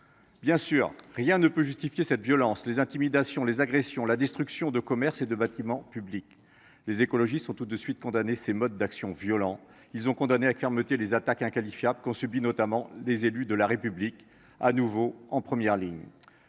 Bien sûr, rien ne peut justifier cette violence, les intimidations, les agressions, la destruction de commerces et de bâtiments publics. Les écologistes ont tout de suite condamné fermement ces modes d’action violents. Ils ont condamné les attaques inqualifiables qu’ont subies des élus de la République, de nouveau en première ligne.